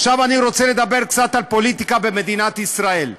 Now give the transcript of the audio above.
עכשיו אני רוצה לדבר קצת על פוליטיקה במדינת ישראל,